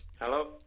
Hello